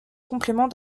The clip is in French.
complément